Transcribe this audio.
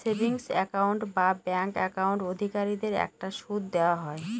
savings account এ bank account অধিকারীদের একটা সুদ দেওয়া হয়